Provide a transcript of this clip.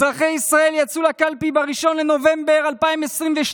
אזרחי ישראל יצאו לקלפי ב-1 בנובמבר 2022,